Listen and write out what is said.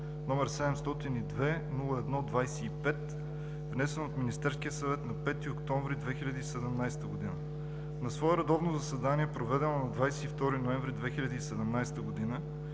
№ 702-01-25, внесен от Министерския съвет на 5 октомври 2017 г. На свое редовно заседание, проведено на 22 ноември 2017 г.,